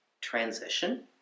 transition